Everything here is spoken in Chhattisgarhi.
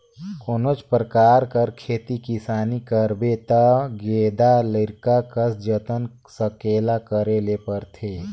कोनोच परकार कर खेती किसानी करबे ता गेदा लरिका कस जतन संकेला करे ले परथे